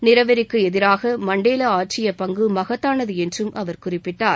நிறவெறிக்கு எதிராக மண்டேலா ஆற்றிய பங்கு மகத்தானது என்றும் அவர் குறிப்பிட்டார்